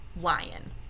lion